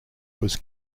was